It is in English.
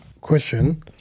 Question